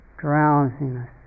drowsiness